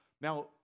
Now